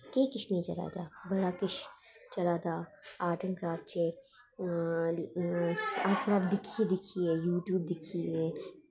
केह् किश निं चला दा बड़ा किश चला दा आर्ट एंड क्राफ्ट च अस दिक्खियै दिक्खियै यूट्यूब दिक्खियै